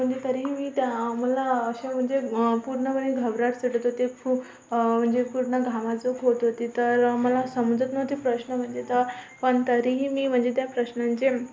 म्हणजे तरीही मी त्या मला अशा म्हणजे पूर्ण वेळ घबराट सुटत होती खूप म्हणजे पूर्ण घामाचूक होत होती तर मला समजत नव्हतं प्रश्न म्हणजे तर पण तरीही मी म्हणजे त्या प्रश्नांचे